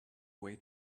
way